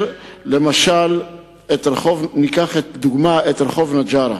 למשל, ניקח כדוגמה את רחוב נג'ארה,